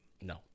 No